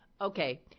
okay